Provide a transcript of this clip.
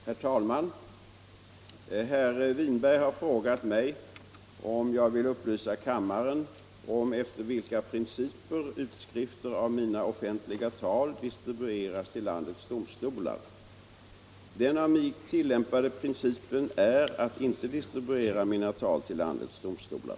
Herr talman! Herr Winberg har frågat om jag vill upplysa kammaren om efter vilka principer utskrifter av mina offentliga tal distribueras till landets domstolar. i Den av mig tillämpade principen är att inte distribuera mina tal till landets domstolar.